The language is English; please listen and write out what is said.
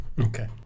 Okay